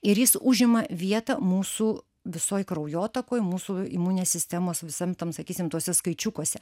ir jis užima vietą mūsų visoj kraujotakoj mūsų imuninės sistemos visam tam sakysim tuose skaičiukuose